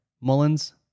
Mullins